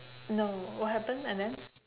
no what happen and then